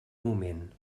moment